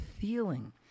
feeling